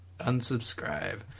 unsubscribe